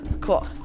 Cool